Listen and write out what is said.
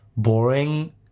boring